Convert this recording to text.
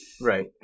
Right